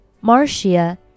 Marcia